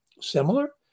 similar